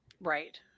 right